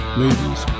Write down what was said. movies